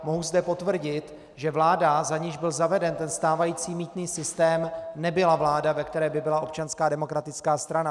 Mohu zde potvrdit, že vláda, za níž byl zaveden ten stávající mýtný systém, nebyla vláda, ve které by byla Občanská demokratická strana.